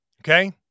okay